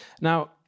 Now